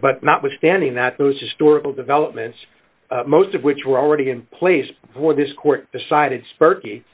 but notwithstanding that those historical developments most of which were already in place before this court decided sparky